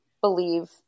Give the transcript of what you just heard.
believe